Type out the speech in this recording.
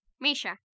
Misha